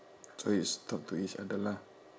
so it's talk to each other lah